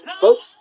folks